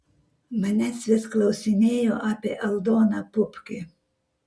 manęs vis klausinėjo apie aldoną pupkį